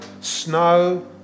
snow